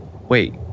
wait